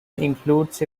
includes